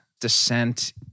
descent